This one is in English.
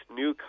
new